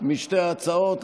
משתי ההצעות.